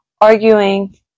arguing